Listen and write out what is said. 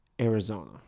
Arizona